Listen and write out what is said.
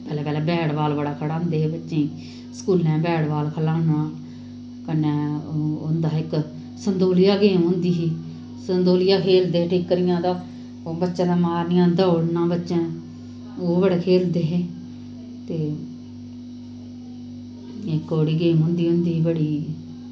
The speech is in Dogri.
पैह्लैं पैह्लैं बैट बाल बड़ा खलांदे हे बच्चें गी स्कूलैं बैट बाल खलाना कन्नै होंदा हा इक संदोलिया गेम होंदी ही संदोलिया खेलदे हे ठिक्करिंयें दा माच्चे गा मारनियां दोड़ना बच्चैं ओह् बड़ा खेलदे हे ते इक ओह्क़ड़ी गेम होंदी होंदी ही बड़ी